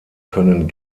können